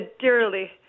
dearly